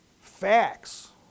facts